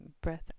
breath